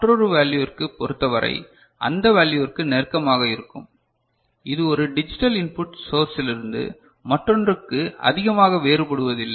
மற்றொரு வேல்யுவிற்கு பொறுத்தவரை அந்த வேல்யுவிற்கு நெருக்கமாக இருக்கும் இது ஒரு டிஜிட்டல் இன்புட் சோர்ஸ்லிருந்து மற்றொன்றுக்கு அதிகமாக வேறுபடுவதில்லை